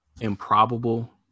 improbable